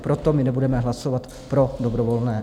Proto my nebudeme hlasovat pro dobrovolné EET.